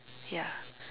ya